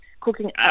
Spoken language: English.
cooking